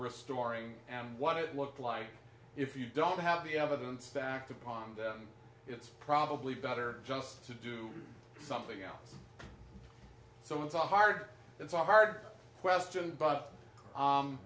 restoring and what it looks like if you don't have the evidence stacked upon them it's probably better just to do something else so it's a hard it's a hard question but